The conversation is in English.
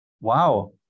Wow